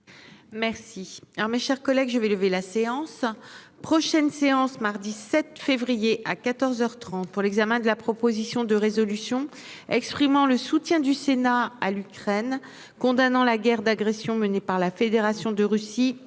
Merci. Alors, mes chers collègues, je vais lever la séance prochaine séance mardi 7 février à 14h 30 pour l'examen de la proposition de résolution exprimant le soutien du Sénat à l'Ukraine, condamnant la guerre d'agression menée par la Fédération de Russie